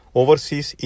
overseas